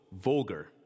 vulgar